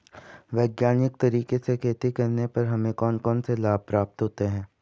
वैज्ञानिक तरीके से खेती करने पर हमें कौन कौन से लाभ प्राप्त होंगे?